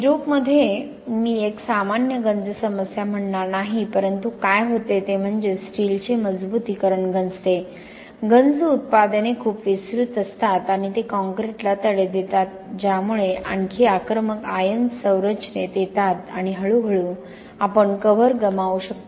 युरोपमध्ये मी एक सामान्य गंज समस्या म्हणणार नाही परंतु काय होते ते म्हणजे स्टीलचे मजबुतीकरण गंजते गंज उत्पादने खूप विस्तृत असतात आणि ते कॉंक्रिटला तडे देतात ज्यामुळे आणखी आक्रमक आयन संरचनेत येतात आणि हळूहळू आपण कव्हर गमावू शकता